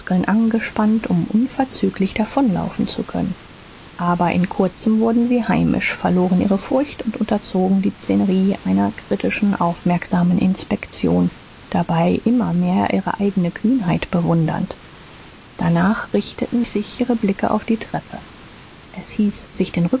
angespannt um unverzüglich davonlaufen zu können aber in kurzem wurden sie heimisch verloren ihre furcht und unterzogen die szenerie einer kritischen aufmerksamen inspektion dabei immer mehr ihre eigene kühnheit bewundernd danach richteten sich ihre blicke auf die treppe es hieß sich den